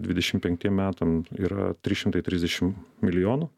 dvidešim penktiem metam yra trys šimtai trisdešim milijonų